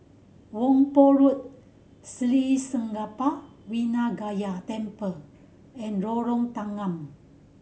Whampoa Road Sri Senpaga Vinayagar Temple and Lorong Tanggam